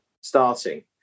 starting